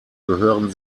gehören